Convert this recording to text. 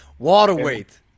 Waterweight